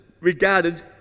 regarded